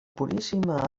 puríssima